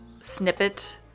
snippet